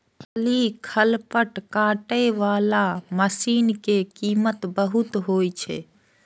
जलीय खरपतवार काटै बला मशीन के कीमत बहुत जादे होइ छै